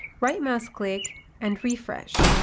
right mouse click and refresh.